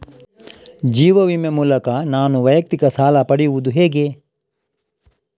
ಜೀವ ವಿಮೆ ಮೂಲಕ ನಾನು ವೈಯಕ್ತಿಕ ಸಾಲ ಪಡೆಯುದು ಹೇಗೆ?